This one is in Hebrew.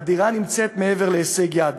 דירה נמצאת מעבר להישג יד.